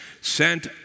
sent